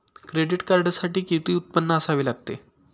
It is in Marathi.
क्रेडिट कार्डसाठी किती उत्पन्न असावे लागते?